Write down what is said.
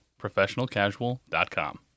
professionalcasual.com